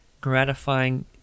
gratifying